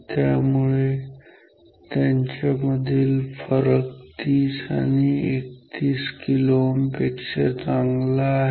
त्यामुळे त्यांच्या मधील फरक हा 30 kΩ आणि 31 kΩ पेक्षा चांगला आहे